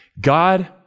God